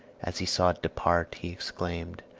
as he saw it depart, he exclaimed,